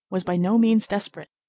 was by no means desperate.